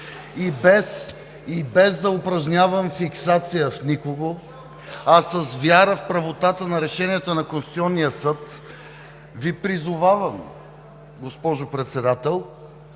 без да упражнявам фиксация в никого, а с вяра в правотата на решенията на Конституционния съд, Ви призовавам, госпожо Председател,